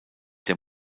der